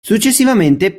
successivamente